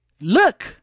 Look